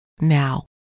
now